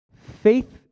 faith